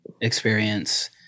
experience